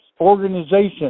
organization